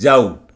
जाऊ